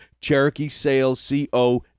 CherokeeSalesCO